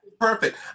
Perfect